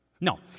No